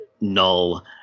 Null